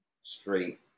straight